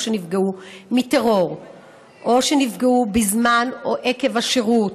שנפגעו מטרור או שנפגעו בזמן או עקב השירות,